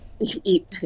Eat